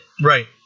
Right